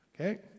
okay